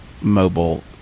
Mobile